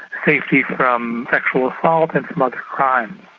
safety from sexual assault and from other crime.